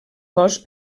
cos